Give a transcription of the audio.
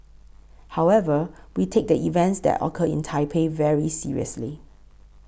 however we take the events that occurred in Taipei very seriously